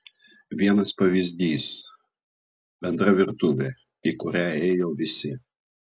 vienas pavyzdys bendra virtuvė į kurią ėjo visi